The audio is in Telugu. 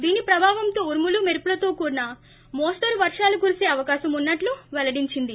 దీని ప్రభావంతో ఉరుములు మెరుపులతో కూడిన మోస్తరు వర్షాలు కురిసీ అవకాశం ఉన్నట్లు వెల్లడించింది